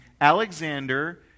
Alexander